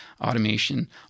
automation